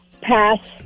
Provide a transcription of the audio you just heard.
Pass